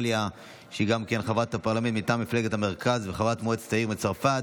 שהיא גם חברת הפרלמנט מטעם מפלגת המרכז וחברת מועצת העיר מץ בצרפת,